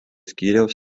skyriaus